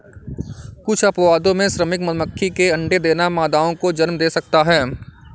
कुछ अपवादों में, श्रमिक मधुमक्खी के अंडे देना मादाओं को जन्म दे सकता है